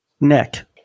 Nick